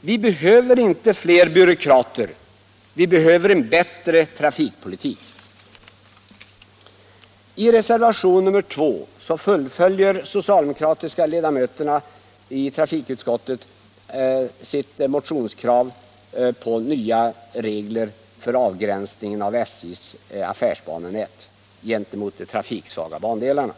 vi behöver inte fler byråkrater — vi behöver en bättre trafikpolitik. I reservationen 2 fullföljer de socialdemokratiska ledamöterna i trafikutskottet sitt motionskrav på nya regler för avgränsning av SJ:s affärsbanenät gentemot de trafiksvaga bandelarna.